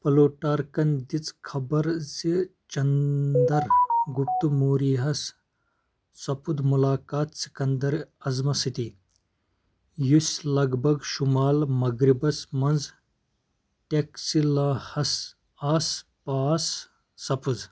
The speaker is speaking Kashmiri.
پلوٹارکن دِژ خبر زِ چندر گُپت موریہ ہس سپُد مُلاقات سکندر اعظم سۭتی یُس لگ بگ شمال مغربس منٛز ٹیکسلاہس آس پاس سپٕز